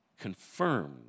confirmed